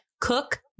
cook